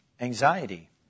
Anxiety